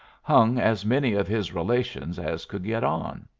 hung as many of his relations as could get on.